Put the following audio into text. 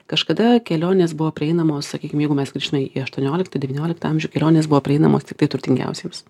kažkada kelionės buvo prieinamos sakykim jeigu mes grįžtume į aštuonioliktą devynioliktą amžių kelionės buvo prieinamos tiktai turtingiausiems